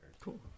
Cool